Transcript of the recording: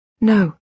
No